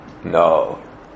no